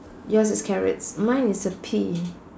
yours is carrots mine is a pea